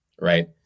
right